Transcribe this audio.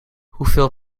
hoeveel